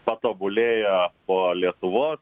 patobulėjo po lietuvos